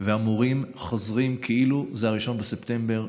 והמורים חוזרים כאילו זה 1 בספטמבר.